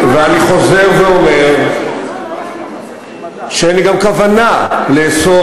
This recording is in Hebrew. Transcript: ואני חוזר ואומר שגם אין לי כוונה לאסור